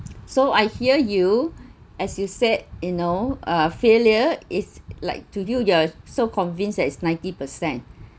so I hear you as you said you know uh failure is like to do your so convinced that is ninety percent